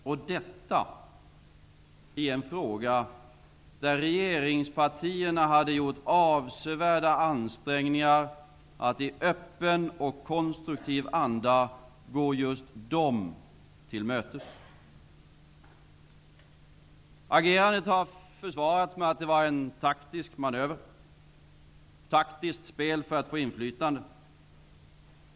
Detta gör man i en fråga där regeringspartierna avsevärt ansträngt sig för att i öppen och konstruktiv anda gå just Ny demokrati till mötes. Agerandet har försvarats med att det var en taktisk manöver, ett taktiskt spel för att få inflytande.